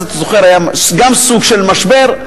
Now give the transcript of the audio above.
אז, אתה זוכר, היה גם סוג של משבר.